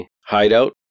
hideout